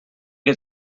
get